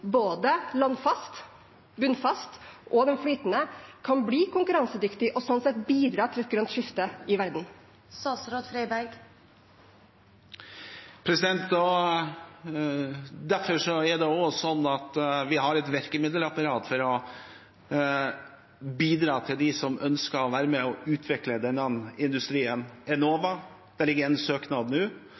og flytende – kan bli konkurransedyktig, og sånn sett bidra til et grønt skifte i verden. Derfor er det også sånn at vi har et virkemiddelapparat for å bidra til dem som ønsker å være med på å utvikle denne industrien. Det foreligger en søknad fra Enova nå,